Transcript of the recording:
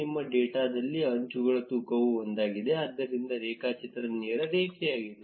ನಮ್ಮ ಡೇಟಾದಲ್ಲಿ ಅಂಚುಗಳ ತೂಕವು ಒಂದಾಗಿದೆ ಆದ್ದರಿಂದ ರೇಖಾಚಿತ್ರ ನೇರ ರೇಖೆಯಾಗಿದೆ